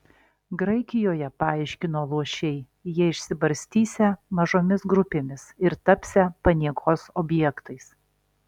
graikijoje paaiškino luošiai jie išsibarstysią mažomis grupėmis ir tapsią paniekos objektais